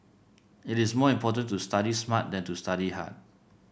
it is more important to study smart than to study hard